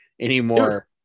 anymore